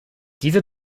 diese